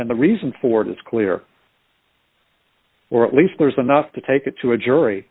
and the reason for it is clear or at least there's enough to take it to a jury